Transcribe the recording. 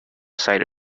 site